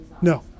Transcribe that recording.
No